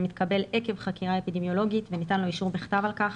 התקבל עקב חקירה אפידמיולוגית וניתן לו אישור בכתב על כך.